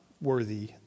worthy